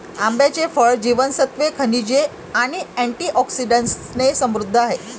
आंब्याचे फळ जीवनसत्त्वे, खनिजे आणि अँटिऑक्सिडंट्सने समृद्ध आहे